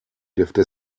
dürfte